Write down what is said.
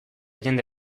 jende